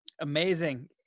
Amazing